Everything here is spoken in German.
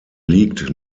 liegt